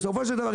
בסופו של דבר,